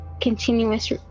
continuous